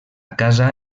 casa